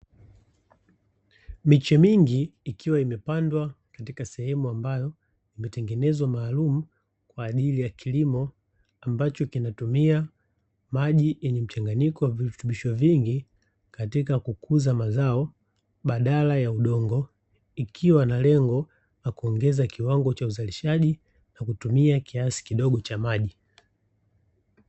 Miche mingi ikiwa imepandwa katika sehemu ambayo, imetengenezwa maalumu kwa ajili ya kilimo ambacho, kinatumia maji yenye mchanganyiko wa virutubisho vingi, katika kukuza mazao, badala ya udongo. Ikiwa na lengo la kuongeza kiwango cha uzalishaji nakutumia kiasi kidogo cha maji.